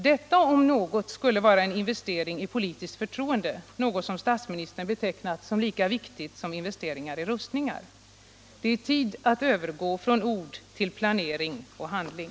Detta om något skulle vara en investering i politiskt förtroende, något som statsministern betecknat som lika viktigt som investeringar i rustningar. Det är tid att övergå från ord till planering och handling!